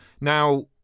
Now